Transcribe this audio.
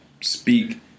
speak